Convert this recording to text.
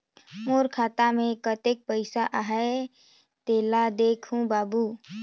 मोर खाता मे कतेक पइसा आहाय तेला देख दे बाबु?